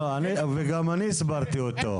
גם אני הסברתי אותו.